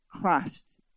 Christ